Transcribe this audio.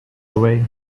away